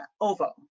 OVO